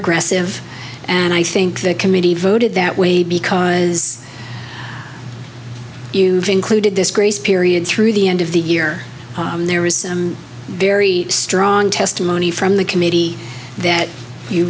aggressive and i think the committee voted that way because you've included this grace period through the end of the year there was some very strong testimony from the committee that you